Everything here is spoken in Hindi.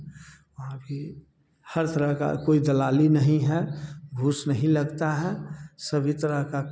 आभी हर तरह का कोई दलाली नहीं है घूस नहीं लगता है सभी तरह का